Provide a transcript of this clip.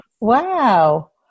Wow